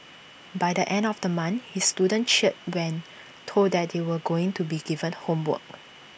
by the end of the month his students cheered when told that they were going to be given homework